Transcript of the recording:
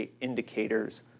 indicators